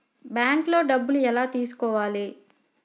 బ్యాంక్లో డబ్బులు ఎలా తీసుకోవాలి?